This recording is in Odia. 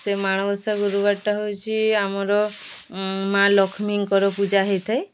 ସେ ମାଣବସା ଗୁରୁବାରଟା ହେଉଛି ଆମର ମା' ଲକ୍ଷ୍ମୀଙ୍କର ପୂଜା ହୋଇଥାଏ